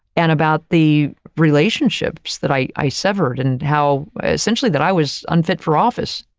and about the relationships that i i severed, and how essentially that i was unfit for office,